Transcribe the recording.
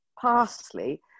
parsley